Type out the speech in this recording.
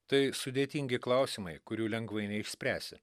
tai sudėtingi klausimai kurių lengvai neišspręsi